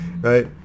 right